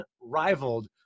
unrivaled